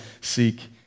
seek